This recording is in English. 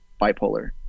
bipolar